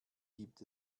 gibt